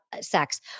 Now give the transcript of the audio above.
sex